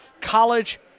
College